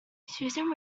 susan